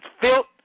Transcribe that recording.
filth